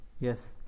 Yes